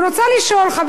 חברים יקרים,